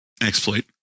exploit